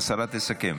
השרה תסכם.